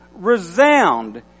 resound